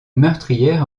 meurtrière